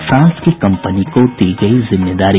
France की company को दी गयी जिम्मेदारी